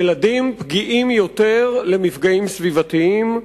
ילדים פגיעים יותר למפגעים סביבתיים.